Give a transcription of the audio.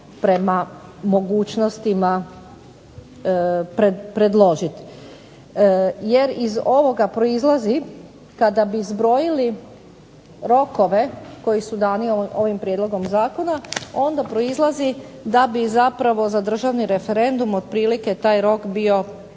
prema mogućnostima predložiti. Jer iz ovoga proizlazi, kada bi zbrojili rokove koji su dani ovim prijedlogom zakona, onda proizlazi da bi zapravo za državni referendum otprilike taj rok bio